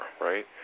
right